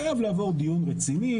חייב לעבור דיון רציני,